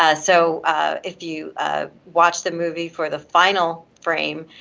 ah so if you ah watch the movie for the final frame,